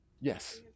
Yes